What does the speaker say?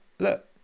Look